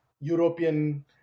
European